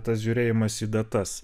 tas žiūrėjimas į datas